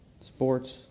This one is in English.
Sports